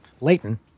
Leighton